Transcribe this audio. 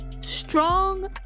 strong